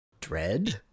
dread